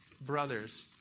brothers